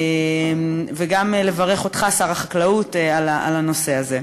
וגם לברך אותך, שר החקלאות, על הנושא הזה.